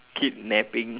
kidnapping